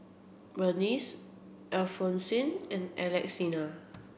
Berneice Alphonsine and Alexina